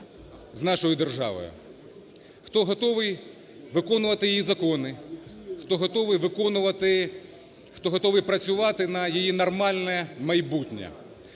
хто готовий виконувати… хто готовий працювати на її нормальне майбутнє.